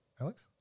Alex